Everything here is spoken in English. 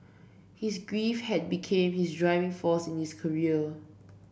his grief had become his driving force in his career